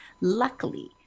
luckily